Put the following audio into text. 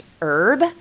herb